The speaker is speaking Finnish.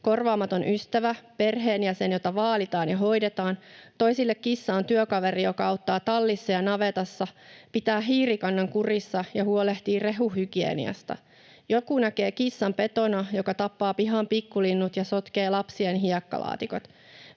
korvaamaton ystävä, perheenjäsen, jota vaalitaan ja hoidetaan. Toisille kissa on työkaveri, joka auttaa tallissa ja navetassa, pitää hiirikannan kurissa ja huolehtii rehuhygieniasta. Joku näkee kissan petona, joka tappaa pihan pikkulinnut ja sotkee lapsien hiekkalaatikot.